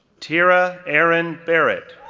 tyra arin barret,